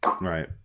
Right